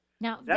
Now